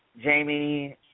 Jamie